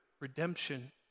redemption